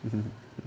mm